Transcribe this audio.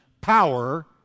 power